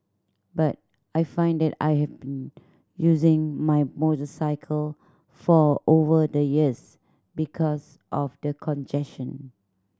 but I find that I have been using my motorcycle for over the years because of the congestion